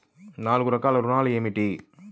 నాలుగు రకాల ఋణాలు ఏమిటీ?